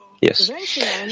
Yes